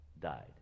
died